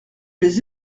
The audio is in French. les